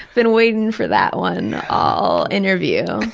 been waiting for that one all interview.